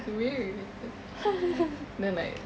!whew! then like